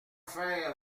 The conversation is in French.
faire